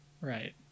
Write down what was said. Right